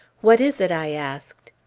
what is it? i asked.